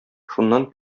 шуннан